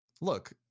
Look